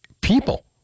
people